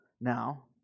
Now